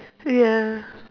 ya